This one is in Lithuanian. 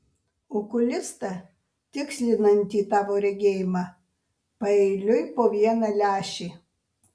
okulistą tikslinantį tavo regėjimą paeiliui po vieną lęšį